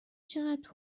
چقدر